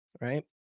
right